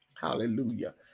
Hallelujah